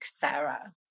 Sarah